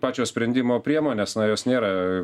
pačios sprendimo priemonės na jos nėra